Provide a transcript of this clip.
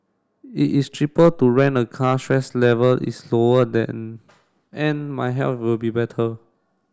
it is cheaper to rent a car stress level is lower than and my health will be better